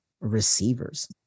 Receivers